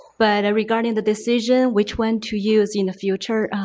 but regarding the decision which one to use in the future,